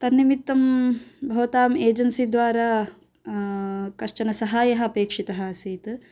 तन्निमित्तं भवताम् एजन्सि द्वारा कश्चन सहायः अपेक्षितः आसीत्